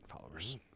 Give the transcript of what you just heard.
followers